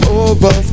over